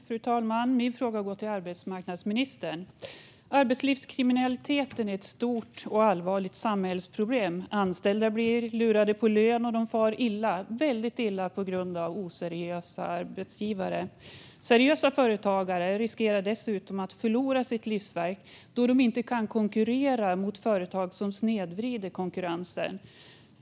Fru talman! Min fråga går till arbetsmarknadsministern. Arbetslivskriminaliteten är ett stort och allvarligt samhällsproblem. Anställda blir lurade på lön och far väldigt illa på grund av oseriösa arbetsgivare. Dessutom riskerar seriösa företagare att förlora sitt livsverk då de inte kan konkurrera med företag som snedvrider konkurrensen.